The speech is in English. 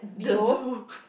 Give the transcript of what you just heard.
the zoo